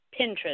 Pinterest